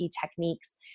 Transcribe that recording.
techniques